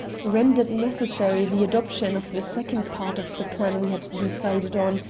rendered necessary the adoption of the second part of the plan we had decided on,